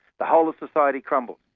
the whole of society crumbles.